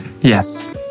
Yes